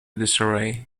disarray